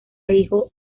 hijo